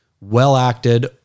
well-acted